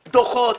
דוחות,